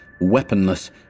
Weaponless